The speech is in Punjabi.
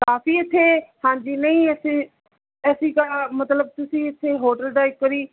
ਕਾਫੀ ਇੱਥੇ ਹਾਂਜੀ ਨਹੀਂ ਅਸੀਂ ਅਸੀਂ ਤਾਂ ਮਤਲਬ ਤੁਸੀਂ ਇੱਥੇ ਹੋਟਲ ਦਾ ਇੱਕ ਵਾਰੀ